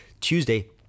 Tuesday